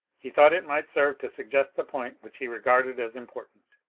he thought it might serve to suggest the point which he regarded as important.